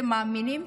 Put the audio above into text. אתם מאמינים?